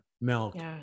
melt